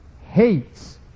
hates